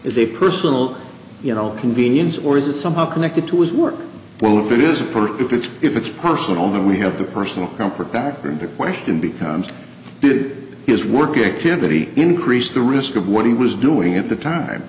is a personal you know convenience or is it somehow connected to his work well if it is a perk if it's if it's person on the we have the personal comfort factor and the question becomes did his work activity increase the risk of what he was doing at the time